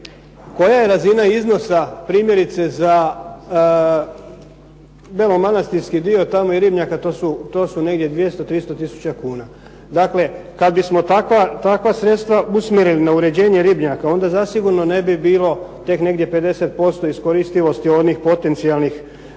koja je razina iznosa primjerice za Belomanastirski dio, tamo je ribnjaka. To su negdje 200, 300000 kuna. Dakle, kad bismo takva sredstva usmjerili na uređenje ribnjaka onda zasigurno ne bi bilo tek negdje 50% iskoristivosti onih potencijalnih